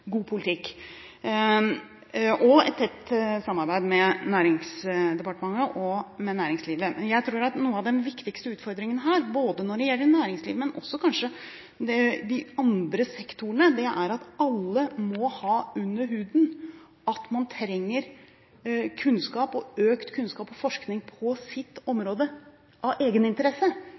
god politikk og et tett samarbeid med Næringsdepartementet og næringslivet. Jeg tror at en av de viktigste utfordringene her, både når det gjelder næringslivet og kanskje også når det gjelder de andre sektorene, er at alle må ha under huden at man trenger økt kunnskap og forskning på sitt område av